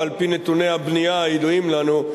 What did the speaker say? ועל-פי נתוני הבנייה הידועים לנו,